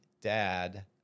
dad